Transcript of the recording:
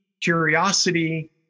curiosity